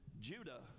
Judah